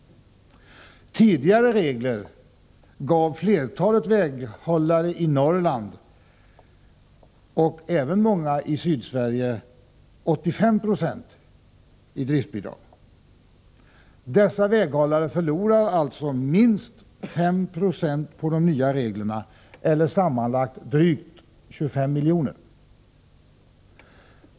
Tidigare regler gav flertalet väghållare i Norrland och även många i Sydsverige 85 9 i driftbidrag. Dessa väghållare förlorar alltså minst 520 på de nya reglerna eller sammanlagt drygt 25 miljoner.